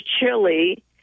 Chile